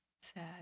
Sad